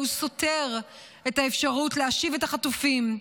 במהותו הוא הרי סותר את האפשרות להשיב את החטופים.